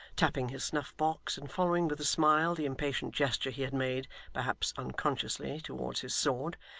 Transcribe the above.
tapping his snuff-box, and following with a smile the impatient gesture he had made perhaps unconsciously towards his sword,